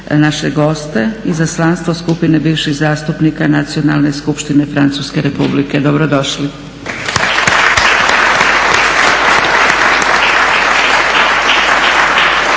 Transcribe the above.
naše goste, Izaslanstvo Skupine bivših zastupnika Nacionalne skupštine Francuske Republike. Dobrodošli!/…